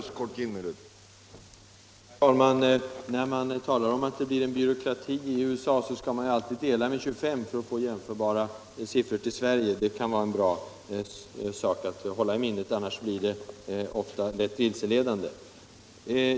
Herr talman! När man talar om byråkrati i USA, skall man alltid dela med 25 för att få med Sverige jämförbara siffror. Det är bra att hålla i minnet, annars blir uppgifterna lätt vilseledande.